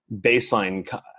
baseline